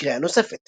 לקריאה נוספת